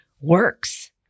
works